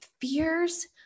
fears